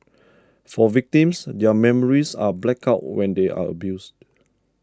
for victims their memories are blacked out when they are abused